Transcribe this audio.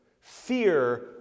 fear